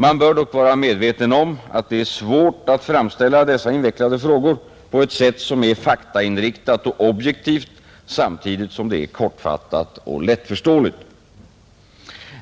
Man bör dock vara medveten om att det är svårt att framställa dessa invecklade frågor på ett sätt som är faktainriktat och objektivt samtidigt som det är kortfattat och lättförståeligt.